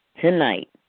tonight